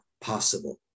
possible